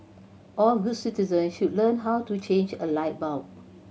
all good citizen should learn how to change a light bulb